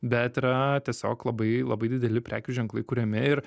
bet yra tiesiog labai labai dideli prekių ženklai kuriami ir